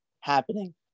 happening